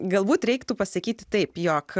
galbūt reiktų pasakyti taip jog